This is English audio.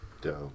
Dope